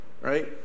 right